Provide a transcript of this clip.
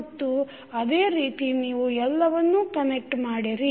ಮತ್ತು ಅದೇ ರೀತಿ ನೀವು ಎಲ್ಲವನ್ನೂ ಕನೆಕ್ಟ್ ಮಾಡಿರಿ